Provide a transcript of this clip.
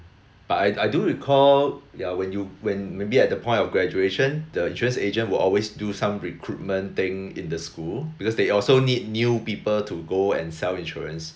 but I I do recall ya when you when maybe at the point of graduation the insurance agent will always do some recruitment thing in the school because they also need new people to go and sell insurance